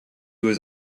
was